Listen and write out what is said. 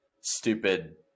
stupid